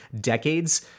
decades